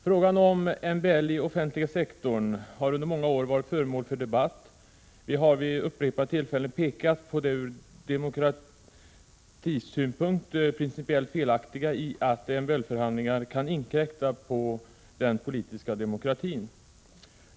Frågan om MBL i offentliga sektorn har under många år varit föremål för debatt. Centerpartiet har vid upprepade tillfällen pekat på det ur demokratisynpunkt principiellt felaktiga i att MBL-förhandlingar kan inkräkta på den politiska demokratin.